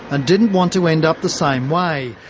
and didn't want to end up the same way.